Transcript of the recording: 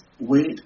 wait